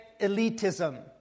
elitism